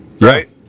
right